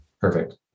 Perfect